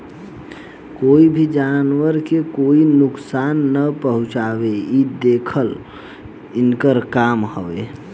कोई भी जानवर के कोई नुकसान ना पहुँचावे इ देखल इनकर काम हवे